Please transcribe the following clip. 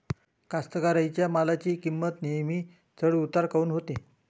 कास्तकाराइच्या मालाची किंमत नेहमी चढ उतार काऊन होते?